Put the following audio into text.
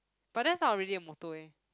but that's not really a motto eh